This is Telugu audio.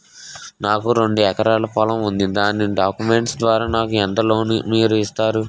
నాకు రెండు ఎకరాల పొలం ఉంది దాని డాక్యుమెంట్స్ ద్వారా నాకు ఎంత లోన్ మీరు ఇస్తారు?